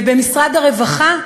ובמשרד הרווחה,